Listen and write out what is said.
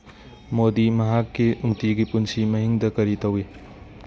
ꯃꯣꯗꯤ ꯃꯍꯥꯛꯀꯤ ꯅꯨꯡꯇꯤꯒꯤ ꯄꯨꯟꯁꯤ ꯃꯍꯤꯡꯗ ꯀꯔꯤ ꯇꯧꯏ